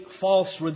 false